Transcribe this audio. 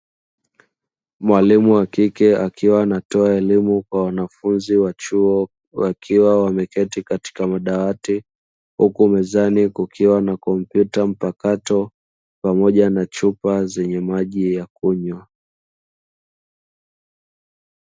Mwalimu wa kike, akiwa anatoa elimu kwa wanafunzi wa chuo, wakiwa wameketi katika madawati, huku mezani kukiwa na kompyuta mpakato pamoja na chupa zenye maji ya kunywa.